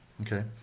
okay